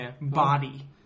body